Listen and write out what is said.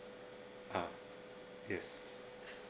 ah yes